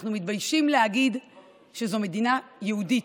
אנחנו מתביישים להגיד שזו מדינה יהודית,